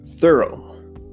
thorough